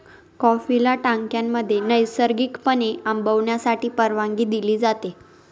कॉफीला टाक्यांमध्ये नैसर्गिकपणे आंबवण्यासाठी परवानगी दिली जाते